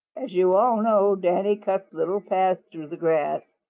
as you all know, danny cuts little paths through the grass.